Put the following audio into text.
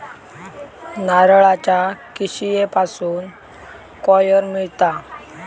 नारळाच्या किशीयेपासून कॉयर मिळता